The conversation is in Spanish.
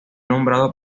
nombrado